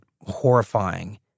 horrifying